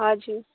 हजुर